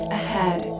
ahead